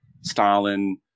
Stalin